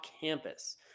campus